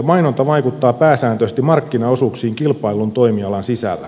mainonta vaikuttaa pääsääntöisesti markkinaosuuksiin kilpaillun toimialan sisällä